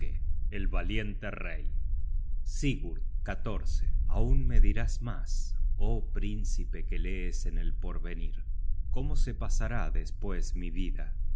el valiente rey sigurd aun me dirás mas oh príncipe que lees en el porvenir cómo se pasará despues mi vida